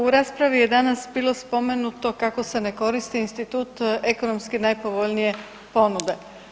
Ma u raspravi je danas bilo spomenuto kako se ne koristi institut ekonomski najpovoljnije ponude.